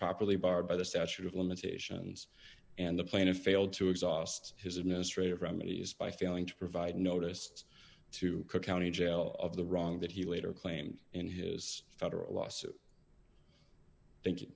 properly barred by the statute of limitations and the plaintiff failed to exhaust his administrative remedies by failing to provide noticed to cook county jail of the wrong that he later claimed in his federal lawsuit think